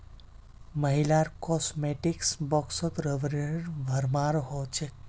महिलार कॉस्मेटिक्स बॉक्सत रबरेर भरमार हो छेक